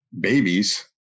babies